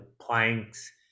planks